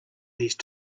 these